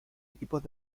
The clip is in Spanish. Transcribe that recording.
equipos